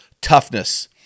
toughness